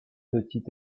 petit